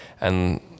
and-